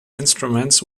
instruments